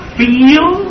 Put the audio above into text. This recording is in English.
feel